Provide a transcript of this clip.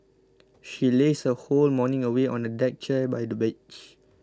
she lazed her whole morning away on a deck chair by the beach